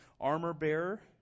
armor-bearer